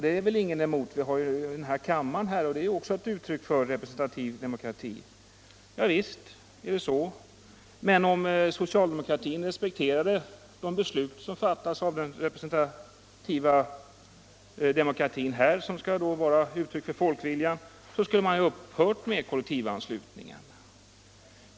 Det har väl ingen någonting emot, vi har ju representativ demokrati här i kammaren också, heter det. Ja, visst är det så, men om socialdemokratin respekterade de beslut som fattas av den representativa demokratin här, som då skall vara uttryck för folkviljan, skulle den ha tagit bort kollektivanslutningen.